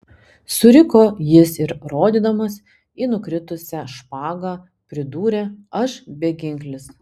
suriko jis ir rodydamas į nukritusią špagą pridūrė aš beginklis